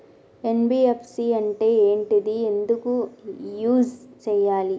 NBFC అంటే ఏంటిది ఎందుకు యూజ్ చేయాలి?